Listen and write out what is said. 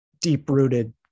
deep-rooted